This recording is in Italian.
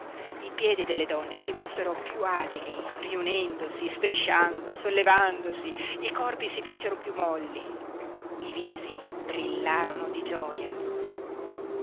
i piedi delle donne si mossero piú agili riunendosi strisciando sollevandosi i corpi si fecero piú molli i visi brillarono di gioia